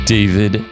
David